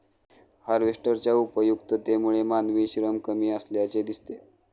हार्वेस्टरच्या उपयुक्ततेमुळे मानवी श्रम कमी असल्याचे दिसते